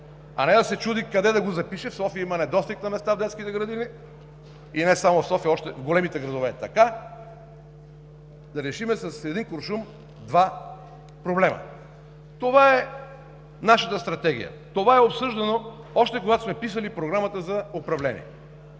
а не да се чуди къде да го запише. В София има недостиг на места в детските градини, и не само в София, в големите градове е така. Да решим с един куршум два проблема. Това е нашата стратегия. Това е обсъждано, още когато сме писали Програмата за управление.